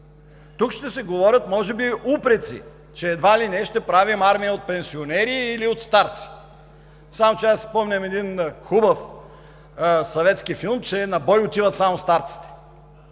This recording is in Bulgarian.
Тук ще се говорят може би упреци, че едва ли не ще правим армия от пенсионери или от старци. Само че аз си спомням един хубав съветски филм, че на бой отиват само старците.